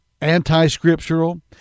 anti-scriptural